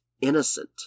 innocent